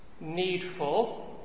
needful